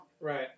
right